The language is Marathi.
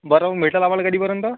बरं मग भेटेल आम्हाला कधीपर्यंत